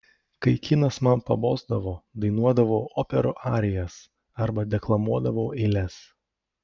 kai kinas man pabosdavo dainuodavau operų arijas arba deklamuodavau eiles